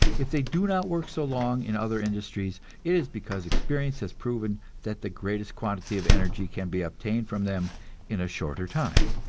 if they do not work so long in other industries, it is because experience has proven that the greatest quantity of energy can be obtained from them in a shorter time.